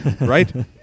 right